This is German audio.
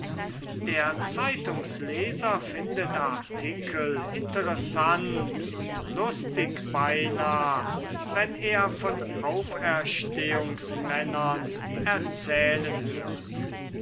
der zeitungsleser findet artikel interessant und lustig beinah wenn er von auferstehungsmännern erzählen hört